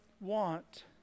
want